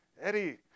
Eddie